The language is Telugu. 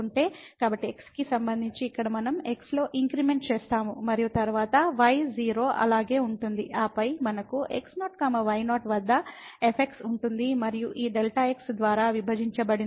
కాబట్టి x కి సంబంధించి ఇక్కడ మనం x లో ఇంక్రిమెంట్ చేస్తాము మరియు తరువాత y 0 అలాగే ఉంటుంది ఆపై మనకు x0 y0 వద్ద fx ఉంటుంది మరియు ఈ Δx ద్వారా విభజించబడింది